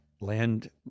land